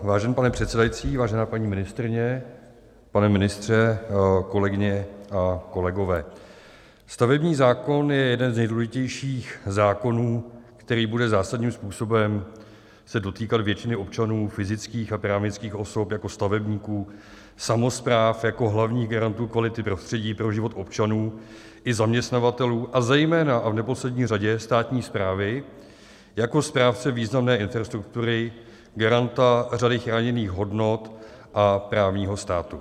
Vážený pane předsedající, vážená paní ministryně, pane ministře, kolegyně, kolegové, stavební zákon je jeden z nejdůležitějších zákonů, který se bude zásadním způsobem dotýkat většiny občanů, fyzických a právnických osob jako stavebníků, samospráv jako hlavních garantů kvality prostředí pro život občanů i zaměstnavatelů, a zejména a v neposlední řadě státní správy jako správce významné infrastruktury, garanta řady chráněných hodnot a právního státu.